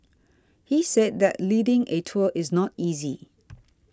he said that leading a tour is not easy